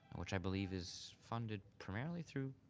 which i believe is funded primarily through,